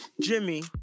Jimmy